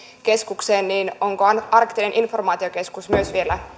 keskukseen onko arktinen informaatiokeskus myös vielä